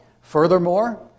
Furthermore